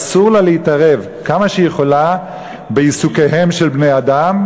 אסור לה להתערב כמה שהיא יכולה בעיסוקיהם של בני-אדם,